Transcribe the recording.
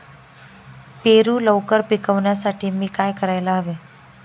पेरू लवकर पिकवण्यासाठी मी काय करायला हवे?